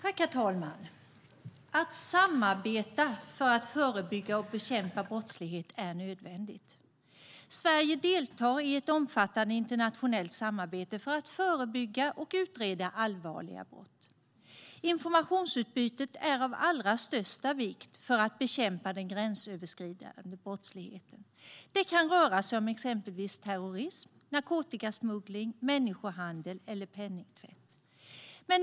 Herr talman! Att samarbeta för att förebygga och bekämpa brottslighet är nödvändigt. Sverige deltar i ett omfattande internationellt samarbete för att förebygga och utreda allvarliga brott. Informationsutbytet är av allra största vikt för att bekämpa den gränsöverskridande brottsligheten. Det kan röra sig om exempelvis terrorism, narkotikasmuggling, människohandel eller penningtvätt.